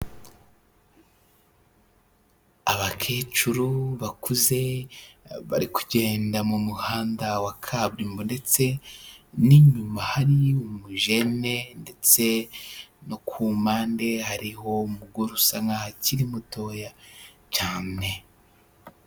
Abakecuru bakuze bari kugenda mu muhanda wa kaburimbo ndetse n'inyuma hari umujene ndetse no ku mpande hariho umugore usa nkaho akiri mutoya cyane.